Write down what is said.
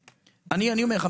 --- אני אומר לך,